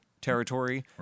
territory